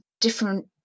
different